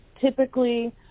typically